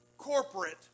Corporate